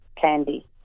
candy